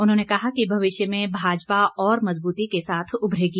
उन्होंने कहा कि भविष्य में भाजपा और मजबूती के साथ उभरेगी